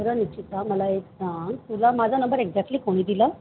बरं निक्षिता मला एक सांग तुला माझा नंबर एक्झॅक्टली कोणी दिला